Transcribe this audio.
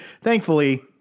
thankfully